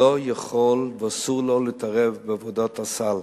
לא יכול ואסור לו להתערב בעבודת ועדת הסל.